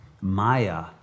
maya